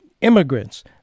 Immigrants